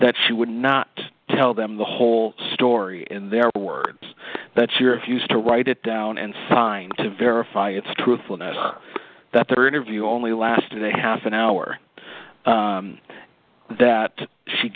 that she would not tell them the whole story in their words that she refused to write it down and sign to verify its truthfulness that their interview only lasted a half an hour that she